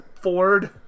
Ford